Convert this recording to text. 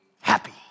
Happy